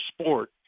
sport